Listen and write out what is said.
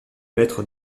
maître